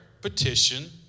petition